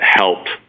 helped